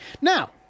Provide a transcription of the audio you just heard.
Now